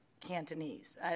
Cantonese